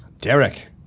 Derek